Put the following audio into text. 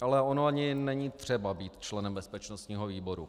Ale ono ani není třeba být členem bezpečnostního výboru.